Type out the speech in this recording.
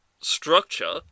structure